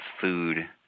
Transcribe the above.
food